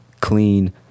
clean